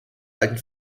alten